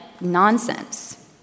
nonsense